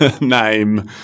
name